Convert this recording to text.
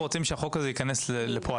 אנחנו רוצים שהחוק הזה ייכנס לפועל.